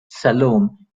salome